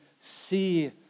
see